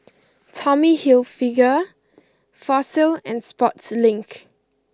Tommy Hilfiger Fossil and Sportslink